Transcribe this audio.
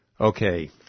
Okay